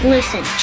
Listen